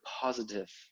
positive